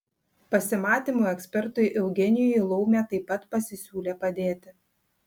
pasimatymų ekspertui eugenijui laumė taip pat pasisiūlė padėti